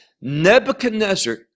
Nebuchadnezzar